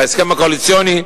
בהסכם הקואליציוני,